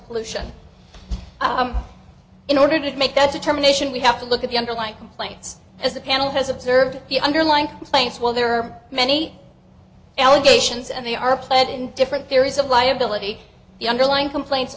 pollution in order to make that determination we have to look at the underlying complaints as the panel has observed the underlying claims while there are many allegations and they are played in different theories of liability the underlying complaints